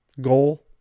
goal